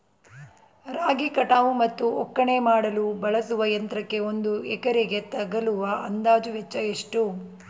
ರಾಗಿ ಕಟಾವು ಮತ್ತು ಒಕ್ಕಣೆ ಮಾಡಲು ಬಳಸುವ ಯಂತ್ರಕ್ಕೆ ಒಂದು ಎಕರೆಗೆ ತಗಲುವ ಅಂದಾಜು ವೆಚ್ಚ ಎಷ್ಟು?